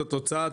את התוצאה,